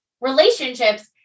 relationships